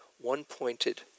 one-pointed